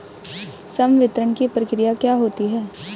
संवितरण की प्रक्रिया क्या होती है?